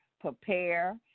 prepare